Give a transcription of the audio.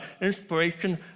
inspiration